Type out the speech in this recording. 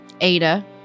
Ada